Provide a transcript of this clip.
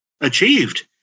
achieved